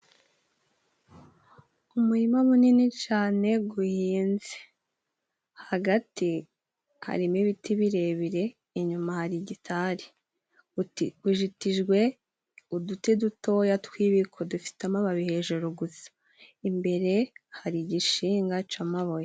Umurima munini cyane uhinze. Hagati harimo ibiti birebire, inyuma hari igitari. Uti ujitijwe uduti dutoya tw'ibiko dufite amababi hejuru gusa. Imbere hari igishyinga cy'amabuye.